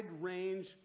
range